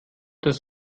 das